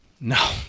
No